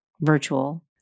virtual